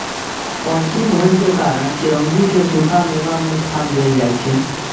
पौष्टिक होइ के कारण चिरौंजी कें सूखा मेवा मे स्थान देल जाइ छै